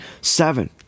Seven